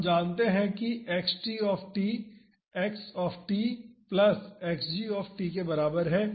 हम जानते हैं कि Xt X प्लस Xg के बराबर है